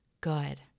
good